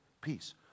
peace